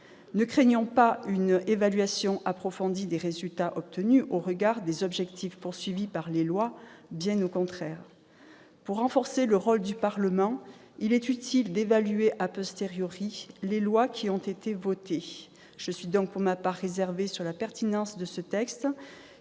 pas craindre une évaluation approfondie des résultats obtenus au regard des objectifs fixés aux lois, bien au contraire. Pour renforcer le rôle du Parlement, il est utile d'évaluer les lois qui ont été votées. Je suis donc réservée sur la pertinence de ce texte,